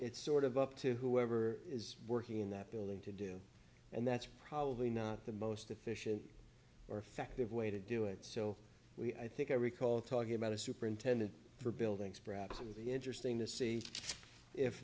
it's sort of up to whoever is working in that building to do and that's probably not the most efficient or effective way to do it so we i think i recall talking about a superintendent for buildings perhaps it would be interesting to see if